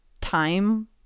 time